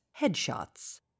headshots